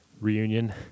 reunion